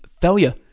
failure